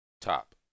Top